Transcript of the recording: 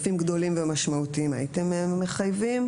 בענפים גדולים ומשמעותיים הייתם מחייבים?